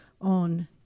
on